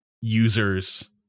users